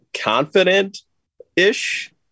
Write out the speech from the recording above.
confident-ish